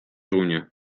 runie